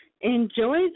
enjoy